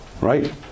right